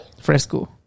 Fresco